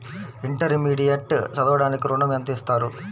Intermediate చదవడానికి ఋణం ఎంత ఇస్తారు?